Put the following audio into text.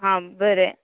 हां बरें